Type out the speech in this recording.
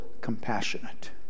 compassionate